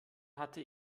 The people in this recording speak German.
hatte